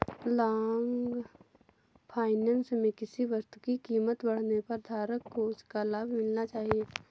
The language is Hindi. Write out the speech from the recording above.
लॉन्ग फाइनेंस में किसी वस्तु की कीमत बढ़ने पर धारक को उसका लाभ मिलना चाहिए